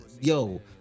Yo